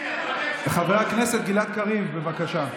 חבר הכנסת גלעד קריב, בבקשה.